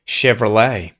Chevrolet